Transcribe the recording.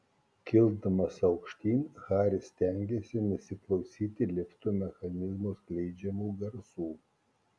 kildamas aukštyn haris stengėsi nesiklausyti lifto mechanizmo skleidžiamų garsų